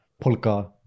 Polka